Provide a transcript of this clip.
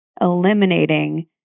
eliminating